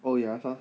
oh ya ha